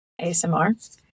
ASMR